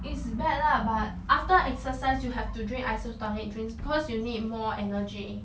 it's bad lah but after exercise you have to drink isotonic drinks cause you need more energy